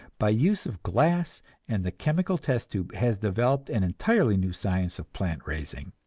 by use of glass and the chemical test-tube, has developed an entirely new science of plant raising.